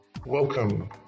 Welcome